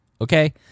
Okay